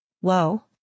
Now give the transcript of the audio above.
Whoa